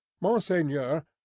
Monseigneur